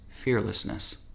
fearlessness